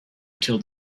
till